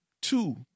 Two